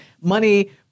money